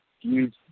use